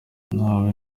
nawe